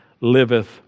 liveth